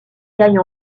gagne